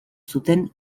zuten